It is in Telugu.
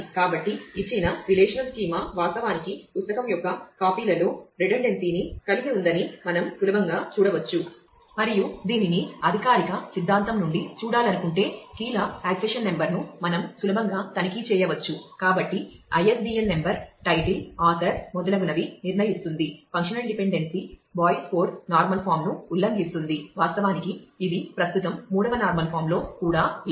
కాబట్టి ఇచ్చిన రిలేషనల్ స్కీమాను ఉల్లంఘిస్తుంది వాస్తవానికి ఇది ప్రస్తుతం మూడవ నార్మల్ ఫామ్ లో కూడా లేదు